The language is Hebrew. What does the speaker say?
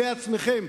בעצמכם,